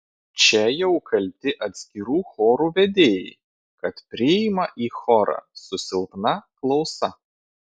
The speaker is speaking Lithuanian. čia jau kalti atskirų chorų vedėjai kad priima į chorą su silpna klausa